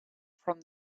from